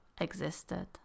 existed